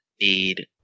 need